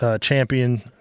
champion